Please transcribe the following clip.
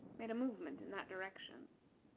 made a movement in that direction.